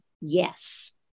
yes